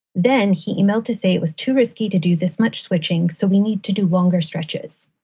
then he emailed to say it was too risky to do this much switching, so we need to do longer stretches.